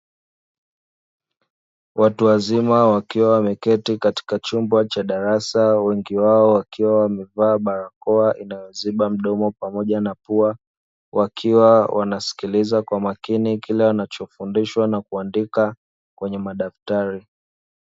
Watu wazima wakiwa wameketi katika chumba cha darasa, wengi wao wakiwa wamevaa barakoa inayoziba mdomo pamoja na pua, wakiwa wanasikiliza kwa makini kile wanachofundishwa na kuandika kwenye madaftari.